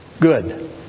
good